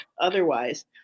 otherwise